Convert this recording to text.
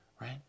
right